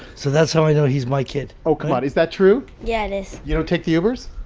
so that's how i know he's my kid oh, come on, is that true? yeah, it is you don't take the ubers?